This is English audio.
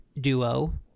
duo